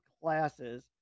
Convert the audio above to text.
classes